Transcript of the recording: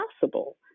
possible